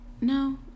No